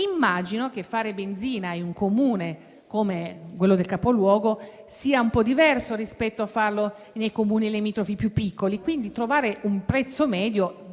Immagino che fare benzina in un Comune come il capoluogo sia un po' diverso dal farlo nei Comuni limitrofi più piccoli, quindi trovare un prezzo medio